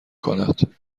کند